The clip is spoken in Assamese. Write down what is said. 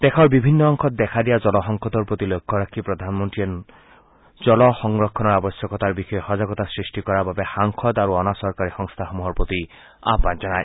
দেশৰ বিভিন্ন অংশত দেখা দিয়া জলসংকটৰ প্ৰতি লক্ষ্য ৰাখি প্ৰধানমন্ত্ৰীয়ে নৰেন্দ্ৰ মোডীয়ে জলসংৰক্ষণৰ আৱশ্যকতাৰ বিষয়ে সজাগতা সৃষ্টি কৰাৰ বাবে সাংসদ আৰু অনা চৰকাৰী সংস্থাসমূহৰ প্ৰতি আহ্বান জনায়